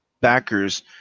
backers